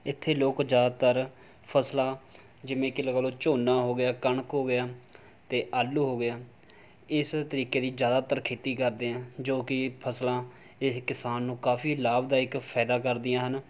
ਇੱਥੇ ਲੋਕ ਜ਼ਿਆਦਾਤਰ ਫਸਲਾਂ ਜਿਵੇਂ ਕਿ ਲਗਾ ਲਉ ਝੋਨਾ ਹੋ ਗਿਆ ਕਣਕ ਹੋ ਗਿਆ ਅਤੇ ਆਲੂ ਹੋ ਗਿਆ ਇਸ ਤਰੀਕੇ ਦੀ ਜ਼ਿਆਦਾਤਰ ਖੇਤੀ ਕਰਦੇ ਆ ਜੋ ਕਿ ਫਸਲਾਂ ਇਹ ਕਿਸਾਨ ਨੂੰ ਕਾਫੀ ਲਾਭਦਾਇਕ ਫਾਇਦਾ ਕਰਦੀਆਂ ਹਨ